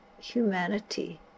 humanity